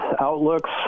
outlooks